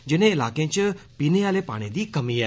जिनें इलाकें च पीने आले पानी दी कमी ऐ